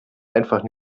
einfach